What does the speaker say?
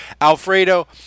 Alfredo